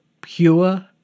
pure